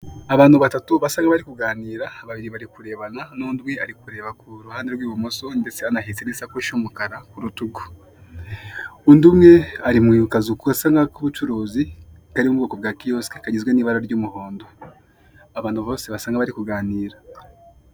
Abantu batatu basa nk'abari kuganira babiri bari kurebana n'undi umwe arikureba kuruhande ew'ibumoso ndetse anahetse isakoshi y'umukara kurutugu, undi umwe ari mukazu gasa nk'akubucuruzi kari mu bwoko bwa kiyosike kagizwe n'ibara ry'umuhondo abantu bose basa nkaho bari kuganira.